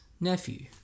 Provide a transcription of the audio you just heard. nephew